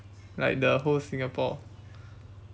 like the whole singapore